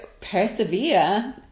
persevere